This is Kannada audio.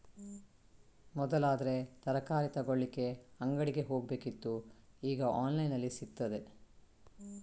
ಮೊದಲಾದ್ರೆ ತರಕಾರಿ ತಗೊಳ್ಳಿಕ್ಕೆ ಅಂಗಡಿಗೆ ಹೋಗ್ಬೇಕಿತ್ತು ಈಗ ಆನ್ಲೈನಿನಲ್ಲಿ ಸಿಗ್ತದೆ